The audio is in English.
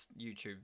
YouTube